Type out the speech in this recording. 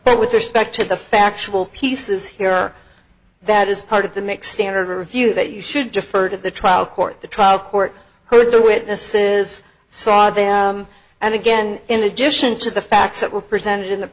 but with respect to the factual pieces here that is part of the make standard review that you should defer to the trial court the trial court heard the witnesses saw them and again in addition to the facts that were presented in the